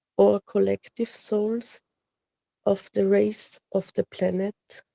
or collective souls of the rays of the planet,